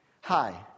Hi